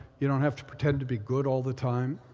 you don't have to pretend to be good all the time.